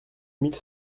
mille